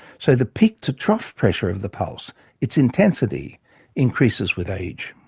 so the peak-to-trough pressure of the pulse its intensity increases with age.